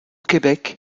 québec